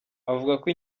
avugako